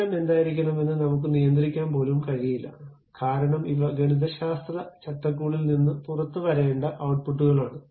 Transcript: കേന്ദ്രം എന്തായിരിക്കണമെന്ന് നമുക്ക് നിയന്ത്രിക്കാൻ പോലും കഴിയില്ല കാരണം ഇവ ഗണിതശാസ്ത്ര ചട്ടക്കൂടിൽ നിന്ന് പുറത്തുവരേണ്ട ഔട്ട്പുട്ട്കളാണ്